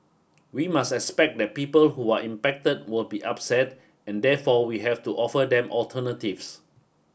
we must expect that people who are impacted will be upset and therefore we have to offer them alternatives